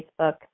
Facebook